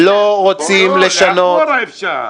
לא, לאחורה אפשר.